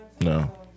No